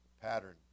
Pattern